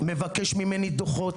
מפנים מפגעים, וחברת ההדברות